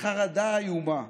לחרדה איומה,